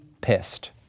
pissed